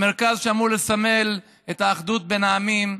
המרכז שאמור לסמל את האחדות בין העמים,